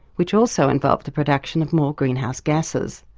which also involve the production of more greenhouse gases.